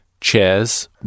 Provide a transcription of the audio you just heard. chairs